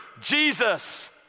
Jesus